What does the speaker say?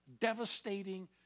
devastating